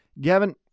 Gavin